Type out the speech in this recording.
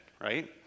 right